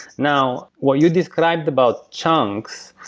now, what you described about, chunks,